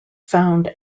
found